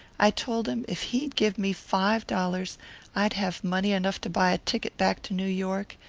i told him if he'd give me five dollars i'd have money enough to buy a ticket back to new york,